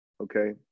okay